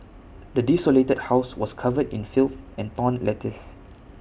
the desolated house was covered in filth and torn letters